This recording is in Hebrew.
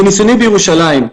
מניסיוני בירושלים,